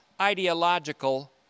ideological